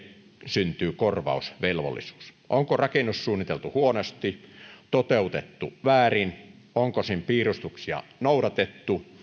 syntyy korvausvelvollisuus onko rakennus suunniteltu huonosti toteutettu väärin onko sen piirustuksia noudatettu